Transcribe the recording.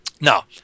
Now